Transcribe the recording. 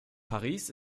paris